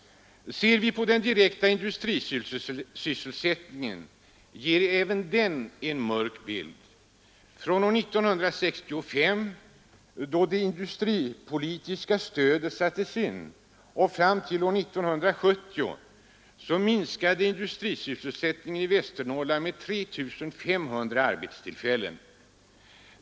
Även den direkta industrisysselsättningen uppvisar en mörk bild. Från år 1965, då det industripolitiska stödet sattes in, fram till 1970 minskade industrisysselsättningen i Västernorrland med 3 500 arbetstillfällen.